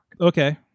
Okay